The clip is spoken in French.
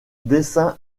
dessins